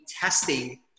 testing